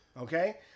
Okay